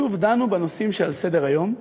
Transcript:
שוב דנו בנושאים שעל סדר-היום.